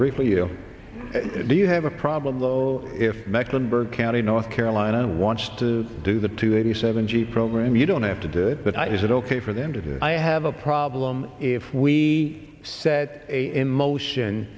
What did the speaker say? briefly you do you have a problem though if mecklenburg county north carolina wants to do the two eighty seven g program you know i have to do it but i was it ok for them to do i have a problem if we set in motion